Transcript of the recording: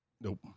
Nope